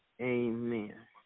Amen